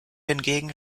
hingegen